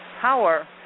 Power